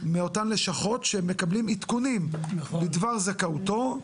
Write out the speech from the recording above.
מאותן לשכות שהם מקבלים עדכונים בדבר זכאותו.